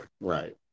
right